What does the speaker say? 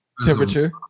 Temperature